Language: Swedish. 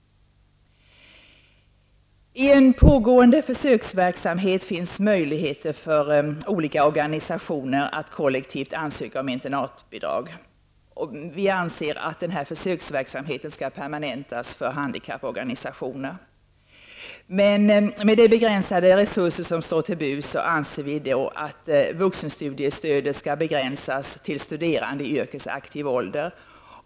I en pågående försöksverksamhet finns möjligheter för olika organisationer att kollektivt ansöka om internatbidrag. Centern anser att denna försöksverksamhet skall permanentas för handikapporganisationerna. Med de begränsade resurser som står till buds anser vi att vuxenstudiestödet skall begränsas till att gälla studerande i yrkesaktiv ålder.